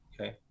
Okay